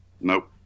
Nope